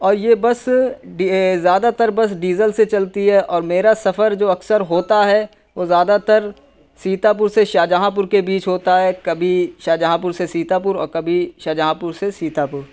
اور یہ بس ڈی زیادہ تر بس ڈیزل سے چلتی ہے اور میرا سفر جو اکثر ہوتا ہے وہ زیادہ تر سیتاپور سے شاہجہاں پور کے بیچ ہوتا ہے کبھی شاہجہاں پور سے سیتاپوراور کبھی شاہجہاں پور سے سیتاپور